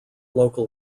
local